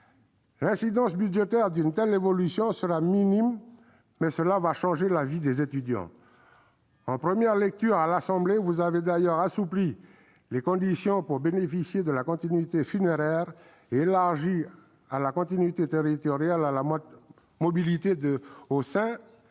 L'incidence budgétaire d'une telle évolution sera minime, mais cela va changer la vie des étudiants. À l'Assemblée nationale, vous avez d'ailleurs assoupli les conditions pour bénéficier de la continuité funéraire et élargi la continuité territoriale à la mobilité au sein d'un